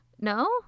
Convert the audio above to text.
No